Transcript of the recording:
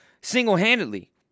Single-handedly